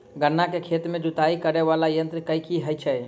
गन्ना केँ खेत केँ जुताई करै वला यंत्र केँ की कहय छै?